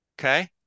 okay